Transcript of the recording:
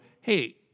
hey